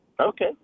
Okay